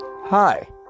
Hi